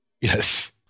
Yes